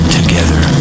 together